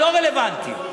לא רלוונטי.